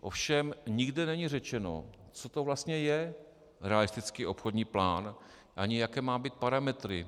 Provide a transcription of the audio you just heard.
Ovšem nikde není řečeno, co to vlastně je realistický obchodní plán ani jaké má mít parametry.